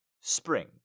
spring